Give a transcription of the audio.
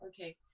Okay